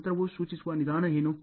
ಆದ್ದರಿಂದ ತಂತ್ರವು ಸೂಚಿಸುವ ನಿಧಾನ ಏನು